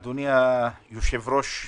אדוני היושב-ראש,